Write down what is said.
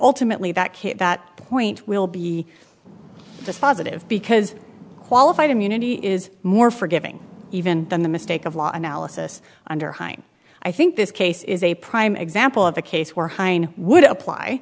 ultimately that hit that point will be dispositive because qualified immunity is more forgiving even than the mistake of law analysis under high and i think this case is a prime example of a case where heine would